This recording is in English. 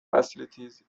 facilities